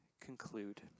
conclude